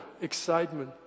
excitement